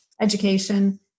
education